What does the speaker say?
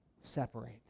separate